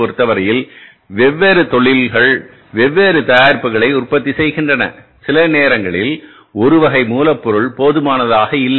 பொருத்தவரையில் வெவ்வேறு தொழில்கள் வெவ்வேறு தயாரிப்புகளை உற்பத்தி செய்கின்றன சில நேரங்களில் ஒரு வகை மூலப்பொருள் போதுமானதாக இல்லை